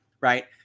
right